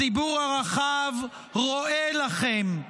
הציבור הרחב רואה לכם,